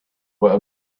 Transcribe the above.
were